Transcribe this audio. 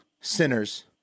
sinners